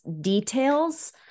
details